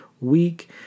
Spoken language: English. week